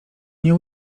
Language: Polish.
nie